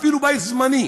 אפילו בית זמני,